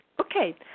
Okay